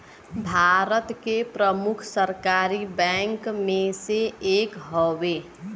भारत के प्रमुख सरकारी बैंक मे से एक हउवे